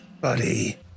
buddy